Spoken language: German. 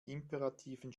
imperativen